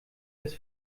des